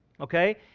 Okay